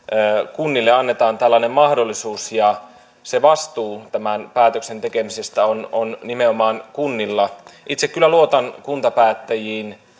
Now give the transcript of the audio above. kunnille annetaan tällainen mahdollisuus ja se vastuu tämän päätöksen tekemisestä on on nimenomaan kunnilla itse kyllä luotan kuntapäättäjiin